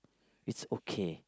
it's okay